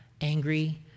angry